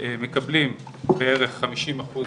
מקבלים בערך חמישים אחוז,